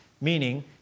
meaning